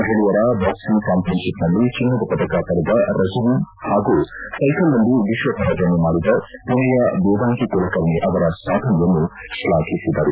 ಮಹಿಳೆಯರ ಬಾಕ್ಸಿಂಗ್ ಚಾಂಪಿಯನ್ಶಿಷ್ನಲ್ಲಿ ಚಿನ್ನದ ಪದಕ ಪಡೆದ ರಜನಿ ಹಾಗೂ ಸ್ನೆಕಲ್ನಲ್ಲಿ ವಿಶ್ವಪರ್ಯಟನೆ ಮಾಡಿದ ಪುಣೆಯ ವೇದಾಂಗಿ ಕುಲಕರ್ಣಿ ಅವರ ಸಾಧನೆಯನ್ನು ತ್ಲಾಘಿಸಿದರು